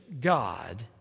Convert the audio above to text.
God